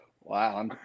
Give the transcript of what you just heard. Wow